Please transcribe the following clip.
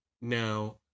now